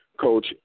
Coach